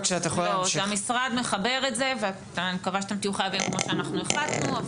זה המשרד מחבר את זה ואני מקווה שתהיו חייבים כמו שאנחנו החלטנו,